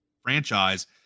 franchise